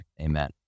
amen